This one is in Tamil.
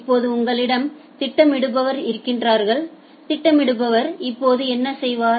இப்போது உங்களிடம் திட்டமிடுபவர் இருக்கிறார் திட்டமிடுபவர் இப்போது என்ன செய்வார்